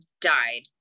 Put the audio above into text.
died